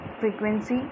frequency